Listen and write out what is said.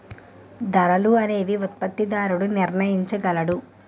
ధరలు అనేవి ఉత్పత్తిదారుడు నిర్ణయించగలడు